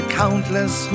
countless